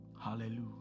Hallelujah